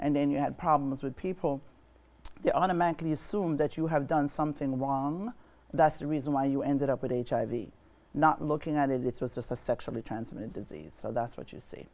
and then you have problems with people you automatically assume that you have done something wrong that's the reason why you ended up with hiv not looking at it it was just a sexually transmitted disease so that's what you see